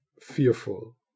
fearful